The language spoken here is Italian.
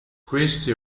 queste